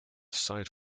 site